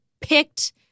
picked